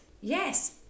Yes